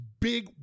Big